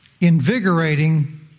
invigorating